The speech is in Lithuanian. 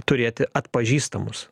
turėti atpažįstamus